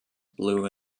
blue